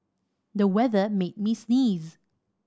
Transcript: the weather made me sneeze